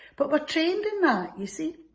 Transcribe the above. but we're trained in that, you see.